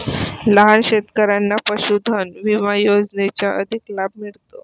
लहान शेतकऱ्यांना पशुधन विमा योजनेचा अधिक लाभ मिळतो